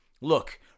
Look